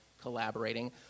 collaborating